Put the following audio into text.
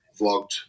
vlogged